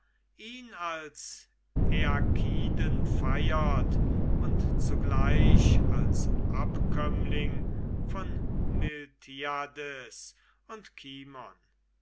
ihn als aeakiden feiert und zugleich als abkömmling von miltiades und